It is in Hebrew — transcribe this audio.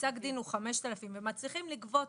ופסק הדין הוא 5,000 ומצליחים לגבות